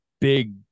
big